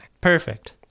Perfect